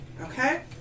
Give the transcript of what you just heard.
Okay